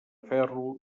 ferro